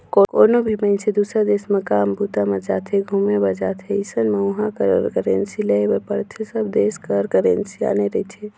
कोनो भी मइनसे दुसर देस म काम बूता म जाथे, घुमे बर जाथे अइसन म उहाँ कर करेंसी लेय बर पड़थे सब देस कर करेंसी आने रहिथे